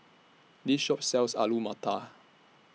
This Shop sells Alu Matar